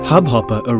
Hubhopper